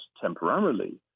temporarily